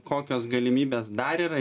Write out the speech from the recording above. kokios galimybės dar yra